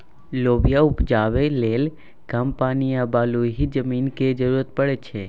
लोबिया उपजाबै लेल कम पानि आ बलुआही जमीनक जरुरत परै छै